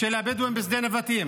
של הבדואים בשדה נבטים.